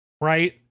right